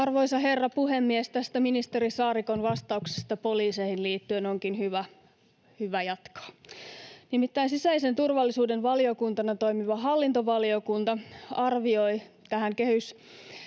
Arvoisa herra puhemies! Tästä ministeri Saarikon vastauksesta poliiseihin liittyen onkin hyvä jatkaa. Nimittäin sisäisen turvallisuuden valiokuntana toimiva hallintovaliokunta arvioi tähän kehykseen